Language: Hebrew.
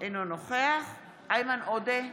אינו נוכח איימן עודה,